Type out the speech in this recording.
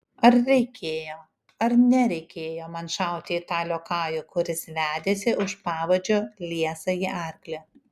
ar reikėjo ar nereikėjo man šauti į tą liokajų kuris vedėsi už pavadžio liesąjį arklį